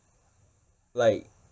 like